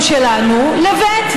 "רבין רוצח",